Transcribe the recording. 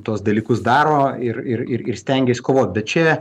tuos dalykus daro ir ir ir stengias kovot bet čia